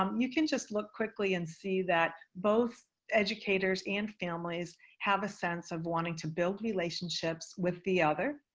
um you can just look quickly and see that both educators and families have a sense of wanting to build relationships with the other,